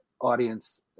audience